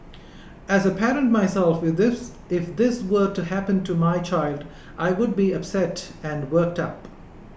as a parent myself if this were to happen to my child I would be upset and worked up